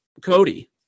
Cody